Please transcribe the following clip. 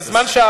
זה חשוב להבין.